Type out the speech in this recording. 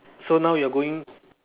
so now you're going